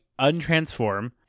untransform